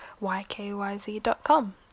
YKYZ.com